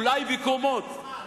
אולי מקומות.